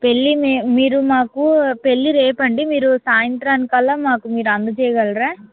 పెళ్ళి మీరు మాకు పెళ్ళి రేపు అండి రేపు సాయంత్రాని అలా మాకు మీరు అందచేయగలరా